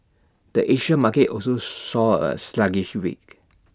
the Asia market also saw A sluggish week